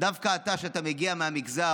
דווקא אתה, שאתה מגיע מהמגזר